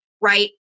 right